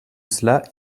cela